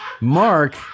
mark